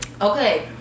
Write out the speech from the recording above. Okay